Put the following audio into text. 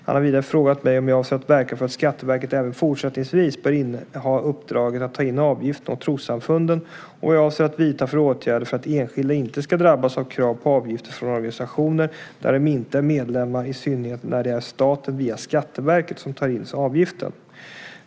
Han har vidare frågat mig om jag avser att verka för att Skatteverket även fortsättningsvis bör inneha uppdraget att ta in avgifterna åt trossamfunden och vad jag avser att vidta för åtgärder för att enskilda inte ska drabbas av krav på avgifter från organisationer där de inte är medlemmar, i synnerhet när det är staten via Skatteverket som tar in avgiften.